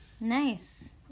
Nice